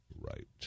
right